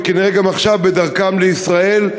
וכנראה גם עכשיו הן בדרכן לישראל,